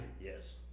Yes